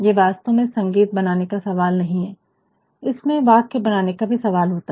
ये वास्तव में केवल संगीत बनाने का सवाल नहीं है इसमें वाक्य बनाने का भी सवाल होता है